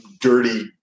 dirty